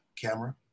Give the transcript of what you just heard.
camera